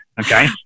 Okay